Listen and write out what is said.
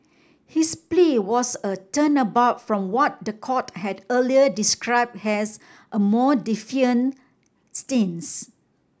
his plea was a turnabout from what the court had earlier described as a more defiant stance